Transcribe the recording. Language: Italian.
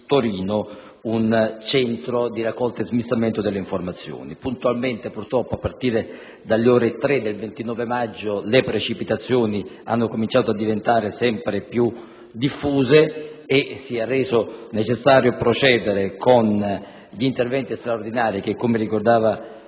Torino un centro di raccolta e smistamento delle informazioni. Puntualmente, purtroppo, a partire dalle ore 3 del 29 maggio, le precipitazioni hanno cominciato a diventare sempre più diffuse e si è reso necessario procedere con gli interventi straordinari che, come ricordava